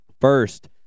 First